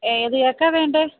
ഏത് കേക്കാണ് വേണ്ടത്